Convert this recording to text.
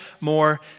more